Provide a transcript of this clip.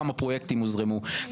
כמה פרויקטים הוזרמו,